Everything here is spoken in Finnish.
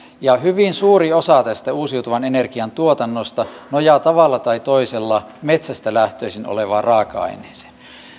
ja hyvin suuri osa tästä uusiutuvan energian tuotannosta nojaa tavalla tai toisella metsästä lähtöisin olevaan raaka aineeseen